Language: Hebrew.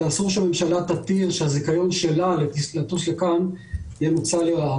ואסור שהממשלה תתיר שהזיכיון שלה לטוס לכאן ינוצל לרעה.